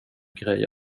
grej